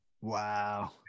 Wow